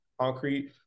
concrete